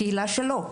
הקהילה שלו.